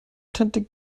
tante